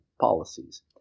policies